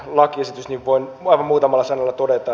laki sasi voin vain muutamassa latureita